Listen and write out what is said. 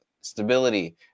stability